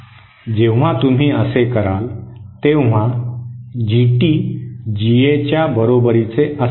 जेव्हा तुम्ही असे कराल तेव्हा जीटी जीएच्या बरोबरीचे असेल